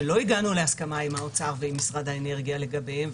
שלא הגענו להסכמה עם האוצר ועם משרד האנרגיה לגביהם,